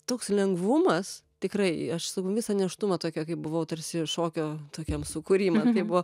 toks lengvumas tikrai aš savo visą nėštumą tokia kaip buvau tarsi šokio tokiam sūkury man taip buvo